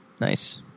Nice